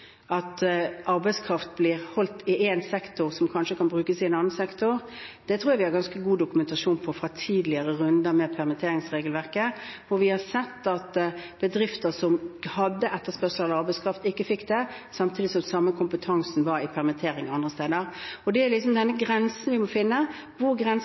at arbeidskraft blir holdt i én sektor, som kanskje kan brukes i en annen sektor – jeg tror vi har ganske god dokumentasjon på det fra tidligere runder med permitteringsregelverket: Vi har sett at bedrifter som hadde etterspørsel etter arbeidskraft, ikke fikk det, samtidig som den samme kompetansen var i permittering andre steder. Det er denne grensen vi må finne. Hvor grensen